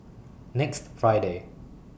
next Friday